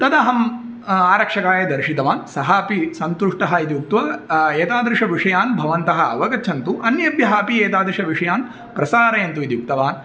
तदहं आरक्षकाय दर्शितवान् सः अपि सन्तुष्टः इति उक्त्वा एतादृशान् विषयान् भवन्तः अवगच्छन्तु अन्येभ्यः अपि एतादृशान् विषयान् प्रसारयन्तु इति उक्तवान्